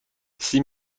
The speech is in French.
six